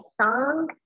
Song